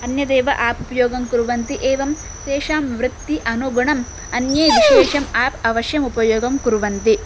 अन्यदेव एप् उपयोगं कुर्वन्ति एवं तेषां वृत्ति अनुगुणम् अन्ये विशेषम् एप् अवश्यम् उपयोगं कुर्वन्ति